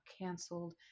canceled